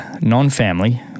non-family